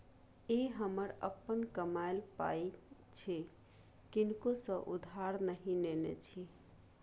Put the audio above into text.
ई हमर अपन कमायल पाय अछि किनको सँ उधार नहि नेने छी